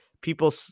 people